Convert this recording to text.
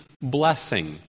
blessing